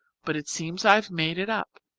but it seems i've made it up.